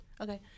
Okay